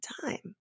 time